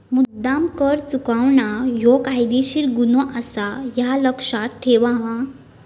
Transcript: मुद्द्दाम कर चुकवणा ह्यो कायदेशीर गुन्हो आसा, ह्या लक्ष्यात ठेव हां